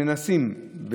שמנסים,